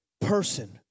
person